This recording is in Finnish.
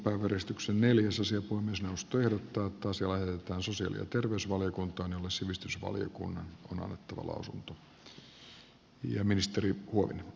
puhemiesneuvosto ehdottaa että asia lähetetään sosiaali ja terveysvaliokuntaan jolle sivistysvaliokunnan on annettava lausunto